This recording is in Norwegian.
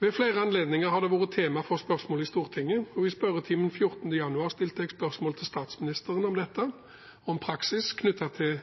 Ved flere anledninger har det vært tema for spørsmål i Stortinget, og i spørretimen 14. januar stilte jeg spørsmål til statsministeren om dette, om praksis knyttet til